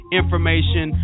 information